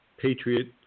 Patriot